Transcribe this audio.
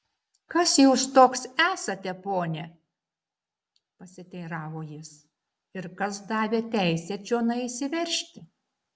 kas jūs toks esate pone pasiteiravo jis ir kas davė teisę čionai įsiveržti